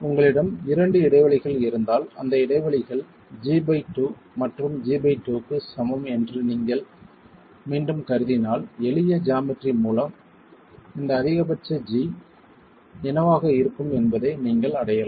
உங்களிடம் இரண்டு இடைவெளிகள் இருந்தால் அந்த இடைவெளிகள் g2 மற்றும் g2 க்கு சமம் என்று மீண்டும் கருதினால் எளிய ஜாமெட்ரி மூலம் இந்த அதிகபட்ச g என்னவாக இருக்கும் என்பதை நீங்கள் அடையலாம்